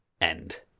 End